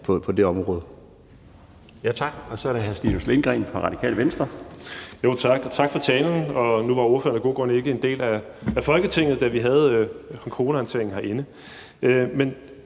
på det område.